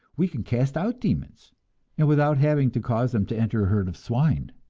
we can cast out demons and without having to cause them to enter a herd of swine!